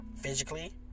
Physically